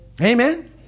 Amen